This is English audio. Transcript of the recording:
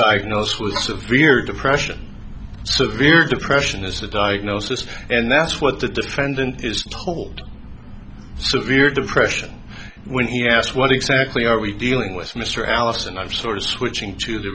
diagnosed with severe depression severe depression is a diagnosis and that's what the defendant is told severe depression when he asked what exactly are we dealing with mr allison i've sort of switching to the